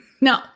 no